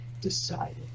Decided